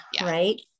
right